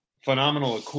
phenomenal